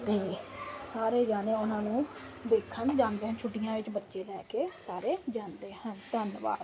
ਤੇ ਸਾਰੇ ਜਣੇ ਉਨ੍ਹਾਂ ਨੂੰ ਦੇਖਣ ਜਾਂਦੇ ਹਨ ਛੁੱਟੀਆਂ ਵਿੱਚ ਬੱਚਿਆਂ ਨੂੰ ਲੈ ਕੇ ਸਾਰੇ ਜਾਂਦੇ ਹਨ ਧੰਨਵਾਦ